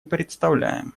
представляем